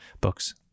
books